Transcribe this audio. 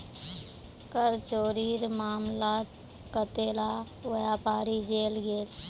कर चोरीर मामलात कतेला व्यापारी जेल गेल